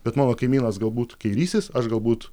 bet mano kaimynas galbūt kairysis aš galbūt